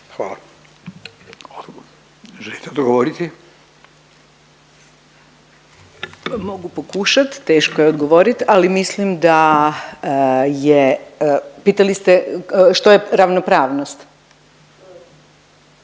Draženka (Možemo!)** Mogu pokušat, teško je odgovorit ali mislim da je pitali ste što je ravnopravnost?